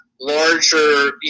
larger